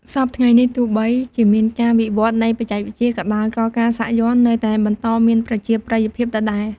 សព្វថ្ងៃនេះ ទោះបីជាមានការវិវឌ្ឍន៍នៃបច្ចេកវិទ្យាក៏ដោយ ក៏ការសាក់យ័ន្តនៅតែបន្តមានប្រជាប្រិយភាពដដែល។